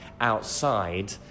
outside